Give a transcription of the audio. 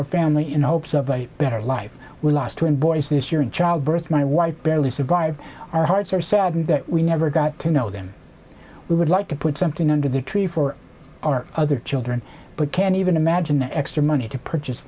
our family in the hopes of a better life we lost two in boise this year in childbirth my wife barely survived our hearts are saddened that we never got to know them we would like to put something under the tree for our other children but can't even imagine the extra money to purchase